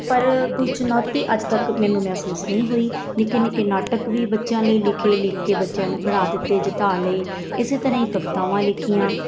ਪਰ ਕੁਝ ਚੁਣੌਤੀ ਅੱਜ ਤੱਕ ਮੈਨੂੰ ਮਹਿਸੂਸ ਨਹੀਂ ਹੋਈ ਨਿੱਕੇ ਨਿੱਕੇ ਨਾਟਕ ਵੀ ਬੱਚਿਆਂ ਲਈ ਲਿਖੇ ਲਿਖ ਕੇ ਬੱਚਿਆਂ ਨੂੰ ਫੜਾ ਦਿੱਤੇ ਜਤਾ ਲਏ ਇਸੇ ਤਰ੍ਹਾਂ ਹੀ ਕਵਿਤਾਵਾਂ ਲਿਖੀਆਂ